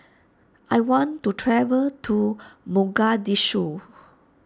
I want to travel to Mogadishu